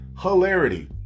hilarity